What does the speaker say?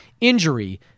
injury